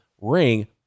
ring